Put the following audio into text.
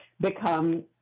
become